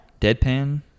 deadpan